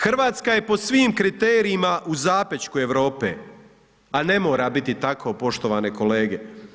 Hrvatska je po svim kriterijima u zapećku Europe a ne mora biti tako poštovane kolege.